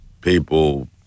people